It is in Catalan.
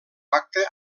acte